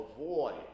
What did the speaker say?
avoid